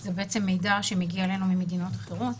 זה בעצם מידע שמגיע אלינו ממדינות אחרות.